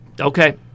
Okay